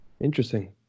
Interesting